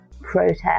protest